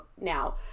now